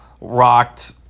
rocked